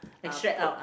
extract out